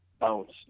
bounce